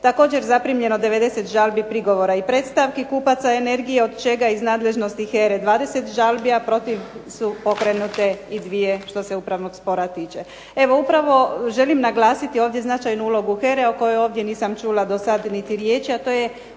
Također, zaprimljeno je 90 žalbi, prigovora i predstavki kupaca energije od čega iz nadležnosti HERA-e 20 žalbi, a protiv su pokrenute i 2 što se upravnog spora tiče. Evo, upravo želim naglasiti ovdje značajnu ulogu HERA-e o kojoj ovdje nisam čula dosad niti riječi, a to je